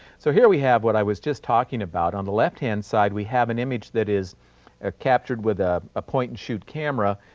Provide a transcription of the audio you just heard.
so, here we have what i was just talking about, on the left hand side, we have an image that is ah captured with a ah point-and-shoot camera,